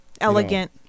Elegant